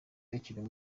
yakiriwe